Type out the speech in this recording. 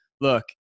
Look